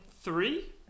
Three